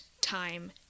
time